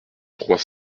trois